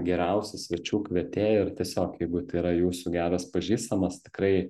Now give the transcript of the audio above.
geriausi svečių kvietėjai ar tiesiog jeigu tai yra jūsų geras pažįstamas tikrai